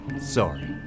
Sorry